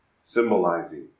symbolizing